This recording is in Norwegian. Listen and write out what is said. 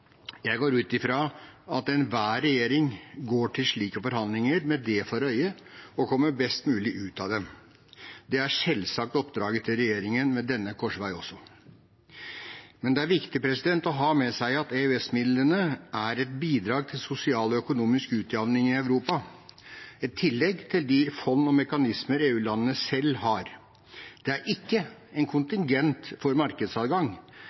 Jeg går ut fra at enhver regjering går til slike forhandlinger med det for øye å komme best mulig ut av dem. Det er selvsagt oppdraget til regjeringen ved denne korsvei også. Det er viktig å ha med seg at EØS-midlene er et bidrag til sosial og økonomisk utjevning i Europa, et tillegg til de fond og mekanismer EU-landene selv har. Det er ikke en kontingent for markedsadgang.